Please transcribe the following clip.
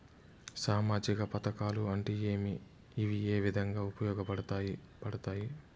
సామాజిక పథకాలు అంటే ఏమి? ఇవి ఏ విధంగా ఉపయోగపడతాయి పడతాయి?